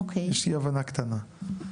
יש לי הבנה קטנה,